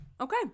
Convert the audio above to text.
Okay